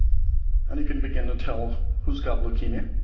and you can begin to tell who's got leukemia,